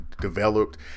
developed